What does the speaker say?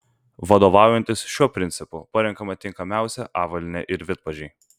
vadovaujantis šiuo principu parenkama tinkamiausia avalynė ir vidpadžiai